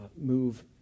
move